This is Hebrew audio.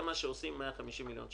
זה מה שעושים 150 מיליון שקלים.